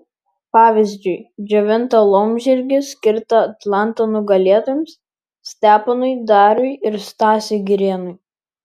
pavyzdžiui džiovintą laumžirgį skirtą atlanto nugalėtojams steponui dariui ir stasiui girėnui